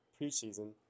preseason